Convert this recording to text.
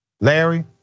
Larry